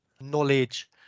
knowledge